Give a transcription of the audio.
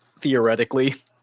Theoretically